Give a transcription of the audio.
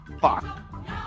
fuck